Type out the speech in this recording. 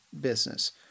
business